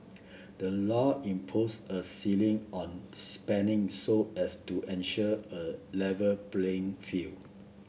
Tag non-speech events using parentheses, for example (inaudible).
the law imposes a ceiling on spending so as to ensure A Level playing (unintelligible)